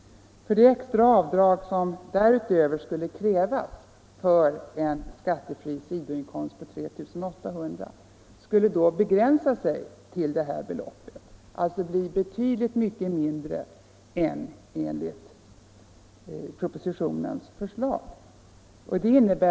Det extra avdrag som därutöver skulle krävas för en skattefri sidoinkomst på 3 800 kr. skulle då begränsa sig till detta beloppet och alltså bli betydligt mindre än enligt propositionens förslag.